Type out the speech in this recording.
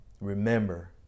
remember